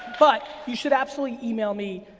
but you should absolutely email me.